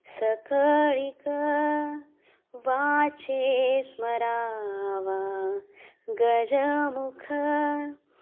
सकळीक वाचे स्मरावा गजमुख